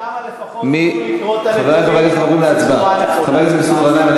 שם לפחות ידעו לקרוא את הנתונים בצורה נכונה.